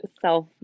self